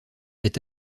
est